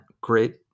great